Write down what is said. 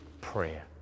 prayer